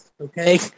okay